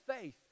faith